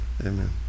amen